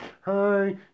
Hi